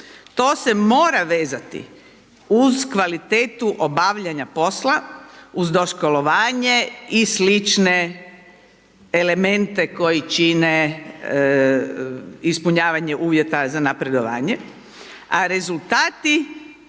to se mora rezati uz kvalitetu obavljanja posla, uz doškolovanje i slične elemente koji čine ispunjavanje uvjeta za napredovanje, a rezultati